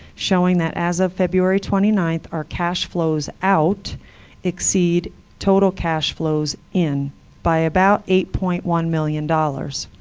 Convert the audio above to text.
showing that as of february twenty nine, our cash flows out exceed total cash flows in by about eight point one million dollars.